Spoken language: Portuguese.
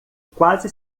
quase